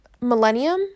Millennium